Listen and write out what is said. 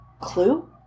Clue